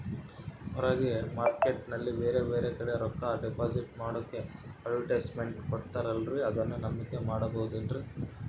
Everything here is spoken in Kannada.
ಹೊರಗೆ ಮಾರ್ಕೇಟ್ ನಲ್ಲಿ ಬೇರೆ ಬೇರೆ ಕಡೆ ರೊಕ್ಕ ಡಿಪಾಸಿಟ್ ಮಾಡೋಕೆ ಅಡುಟ್ಯಸ್ ಮೆಂಟ್ ಕೊಡುತ್ತಾರಲ್ರೇ ಅದನ್ನು ನಂಬಿಕೆ ಮಾಡಬಹುದೇನ್ರಿ?